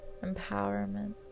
empowerment